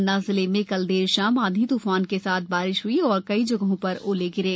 पन्ना जिले में कल देर शाम आधी त्फान के साथ बारिश हई और कई जगहों पर ओले गिरे